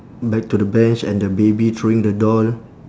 back to the bench and the baby throwing the doll